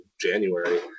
January